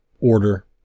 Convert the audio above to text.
order